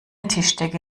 tischdecke